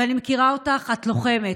ואני מכירה אותך, את לוחמת.